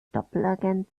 doppelagent